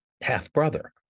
half-brother